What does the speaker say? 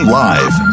live